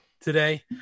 today